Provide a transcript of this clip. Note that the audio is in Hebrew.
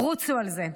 רוצו על זה.